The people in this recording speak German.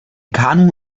kanu